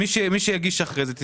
מי שיגיש אחרי כן,